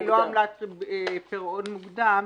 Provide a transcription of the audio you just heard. עמלת פירעון מוקדם,